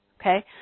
okay